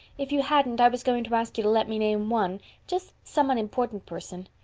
if you hadn't i was going to ask you to let me name one just some unimportant person.